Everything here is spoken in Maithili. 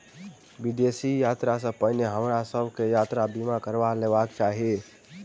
विदेश यात्रा सॅ पहिने हमरा सभ के यात्रा बीमा करबा लेबाक चाही